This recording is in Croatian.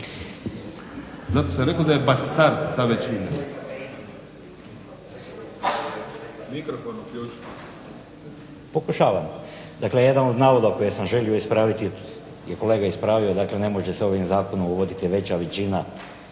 Stranka rada)** .../Upadica: Mikrofon uključi./... Pokušavam. Dakle, jedan od navoda koji sam želio ispraviti je kolega ispravio. Dakle, ne može se ovim zakonom uvoditi veća većina,